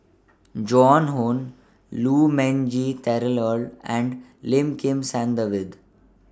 Joan Hon Lu Ming Teh Earl and Lim Kim San David